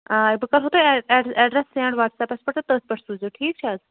آ بہٕ کَرہو تۄہہِ ایٚڈرَس سٮ۪نٛڈ وَٹسیپَس پٮ۪ٹھ تہٕ تٔتھۍ پٮ۪ٹھ سوٗز زیٚو ٹھیٖک چھےٚ حظ